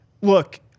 look